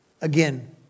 Again